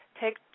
take